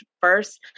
first